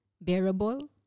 bearable